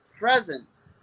Present